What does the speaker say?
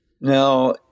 Now